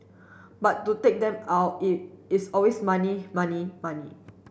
but to take them out it is always money money money